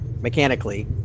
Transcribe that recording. mechanically